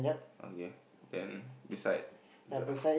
okay then beside the